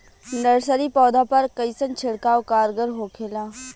Nursery पौधा पर कइसन छिड़काव कारगर होखेला?